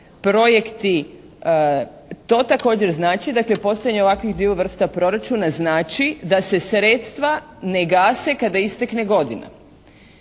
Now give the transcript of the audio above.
to također znači dakle postojanje ovakvih dviju vrsta proračuna znači da se sredstva ne gase kada istekne godina